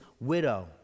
widow